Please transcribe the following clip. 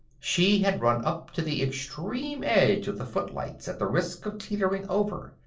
she had run up to the extreme edge of the footlights at the risk of teetering over,